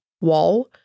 Wall